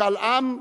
משאל העם,